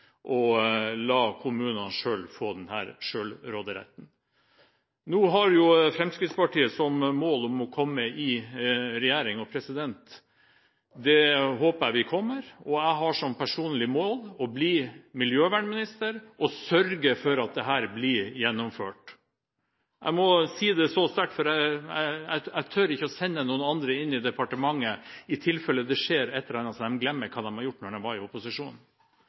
å la kommunene selv få denne selvråderetten. Nå har Fremskrittspartiet som mål å komme i regjering – det håper jeg vi gjør – og jeg har som personlig mål å bli miljøvernminister og sørge for at dette blir gjennomført. Jeg må si det så sterkt, for jeg tør ikke sende noen andre inn i departementet, i tilfelle det skjer et eller annet, slik at de glemmer hva de gjorde da de var i